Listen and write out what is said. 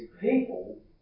people